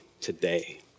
today